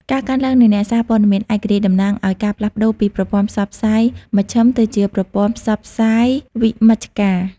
ការកើនឡើងនៃអ្នកសារព័ត៌មានឯករាជ្យតំណាងឱ្យការផ្លាស់ប្តូរពីប្រព័ន្ធផ្សព្វផ្សាយមជ្ឈិមទៅជាប្រព័ន្ធផ្សព្វផ្សាយវិមជ្ឈការ។